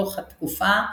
בתוך התקופה,